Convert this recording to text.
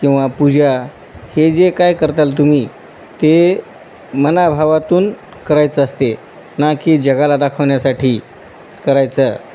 किंवा पूजा हे जे काय करताल तुम्ही ते मनाभावातून करायचं असते ना की जगाला दाखवण्यासाठी करायचं